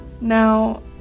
Now